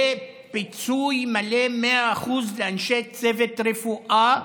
לפיצוי מלא, 100%, לאנשי צוות רפואה,